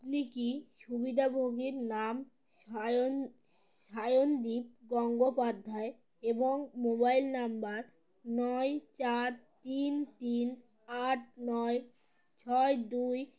লি কি সুবিধাভোগীর নাম সায়ন সায়নদীপ গঙ্গোপাধ্যায় এবং মোবাইল নম্বর নয় চার তিন তিন আট নয় ছয় দুই